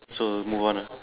so move on ah